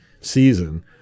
season